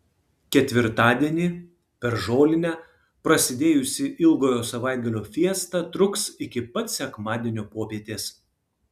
ketvirtadienį per žolinę prasidėjusi ilgojo savaitgalio fiesta truks iki pat sekmadienio popietės